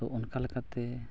ᱛᱚ ᱚᱱᱠᱟ ᱞᱮᱠᱟᱛᱮ